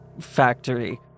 factory